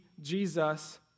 Jesus